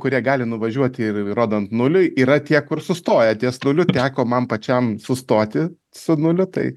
kurie gali nuvažiuoti ir rodant nuliui yra tie kur sustoja ties nuliu teko man pačiam sustoti su nuliu tai